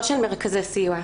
לא של מרכזי הסיוע.